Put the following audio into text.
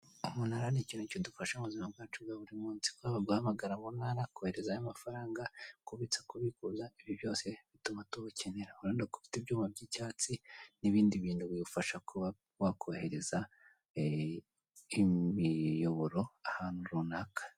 Umunara ni ikintu kidufasha mu buzima bwacu bwa buri munsi, kwaba guhamagara mu ntara, koherezayo amafaranga, kubitsa, kubikuza, ibi byose bituma tuwukenera. Urabona ko ufite ibyuma by'icyatsi n'ibindi bintu biwufasha kuba wakohereza imiyoboro ahantu runaka.